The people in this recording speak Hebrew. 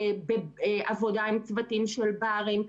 עבודה עם צוותים של ברים.